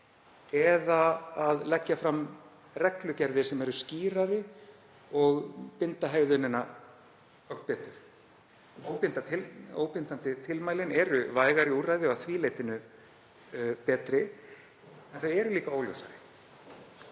eða að leggja fram reglugerðir sem eru skýrari og binda hegðunina ögn betur. Óbindandi tilmælin eru vægari úrræði og að því leyti betri en þau eru líka óljósari